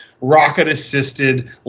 rocket-assisted